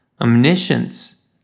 omniscience